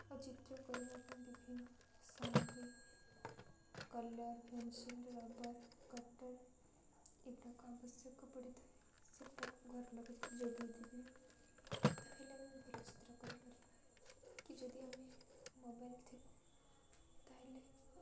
ଓ ଚିତ୍ର କରିବା ପାଇଁ ବିଭିନ୍ନ ସାମଗ୍ରୀ କଲର୍ ପେନସିଲ୍ ରବର କଟର ଏଗୁଡ଼ାକ ଆବଶ୍ୟକ ପଡ଼ିଥାଏ ସେଗୁଡ଼ାକ ଘର ଲୋକ ଯ ଯୋଗାଇ ଦେବେ ତା'ହେଲେ ଆମେ ଭଲ ଚିତ୍ର କରିପାରିବା କି ଯଦି ଆମେ ମୋବାଇଲ୍ ଥିବ ତା'ହେଲେ